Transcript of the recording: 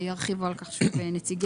ויריבו על כך נציגי המבקר.